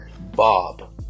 Bob